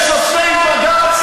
ושופטי בג"ץ,